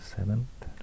Seventh